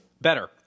Better